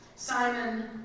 Simon